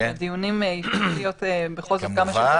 אנחנו מבקשים שהדיונים יהיו כמה שיותר מוקדם.